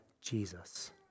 Jesus